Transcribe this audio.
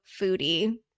Foodie